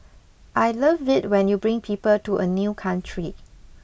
I love it when you bring people to a new country